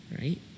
Right